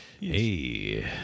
Hey